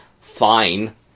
fine